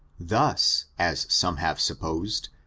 thus, as some have supposed,